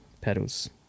pedals